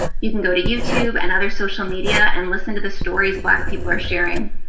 you can go to youtube, and other social media, and listen to the stories black people are sharing.